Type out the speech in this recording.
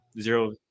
zero